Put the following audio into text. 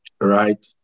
right